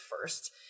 first